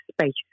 space